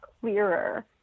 clearer